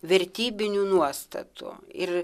vertybinių nuostatų ir